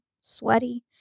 sweaty